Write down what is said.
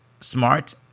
smart